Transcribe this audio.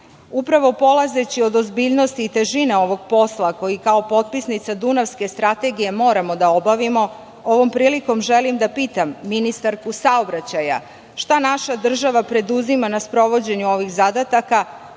radili. Upravo polazeći od ozbiljnosti i težine ovog posla, koji kao potpisnica Dunavske strategije moramo da obavimo, ovom prilikom želim da pitam ministarku saobraćaja – šta naša država preduzima na sprovođenju ovih zadataka,